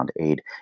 aid